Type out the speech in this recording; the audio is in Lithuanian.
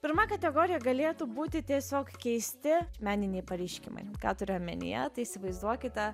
pirma kategorija galėtų būti tiesiog keisti meniniai pareiškimai ką turiu omenyje tai įsivaizduokite